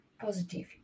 positive